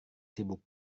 sibuk